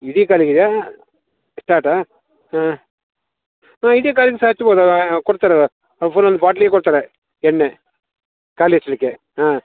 ಇಡೀ ಕಾಲಿಗಿದೆಯಾ ಸ್ಟಾರ್ಟಾ ಹಾಂ ಇಡೀ ಕಾಲಿಗೆ ಸಹ ಹಚ್ಬೋದು ಕೊಡ್ತಾರೆ ಫುಲ್ ಒಂದು ಬಾಟಲಿ ಕೊಡ್ತಾರೆ ಎಣ್ಣೆ ಕಾಲಿಗೆ ಹಚ್ಚಲಿಕ್ಕೆ ಹಾಂ